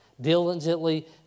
Diligently